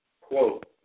quote